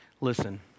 listen